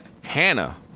Hannah